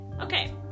Okay